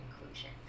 inclusion